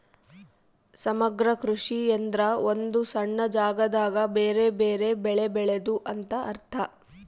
ಸಮಗ್ರ ಕೃಷಿ ಎಂದ್ರ ಒಂದು ಸಣ್ಣ ಜಾಗದಾಗ ಬೆರೆ ಬೆರೆ ಬೆಳೆ ಬೆಳೆದು ಅಂತ ಅರ್ಥ